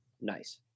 Nice